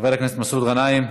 חבר הכנסת מסעוד גנאים,